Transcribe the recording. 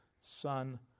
Son